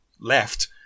left